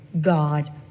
God